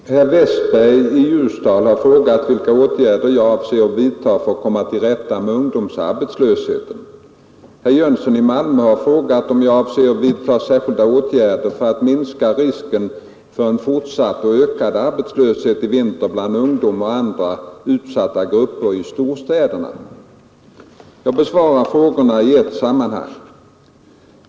Herr talman! Herr Westberg i Ljusdal har frågat vilka åtgärder jag avser vidta för att komma till rätta med ungdomsarbetslösheten. Herr Jönsson i Malmö har frågat om jag avser vidta särskilda åtgärder för att minska risken för en fortsatt och ökad arbetslöshet i vinter bland ungdom och andra utsatta grupper i storstäderna. Jag besvarar frågorna i ett sammanhang.